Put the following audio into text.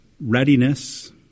readiness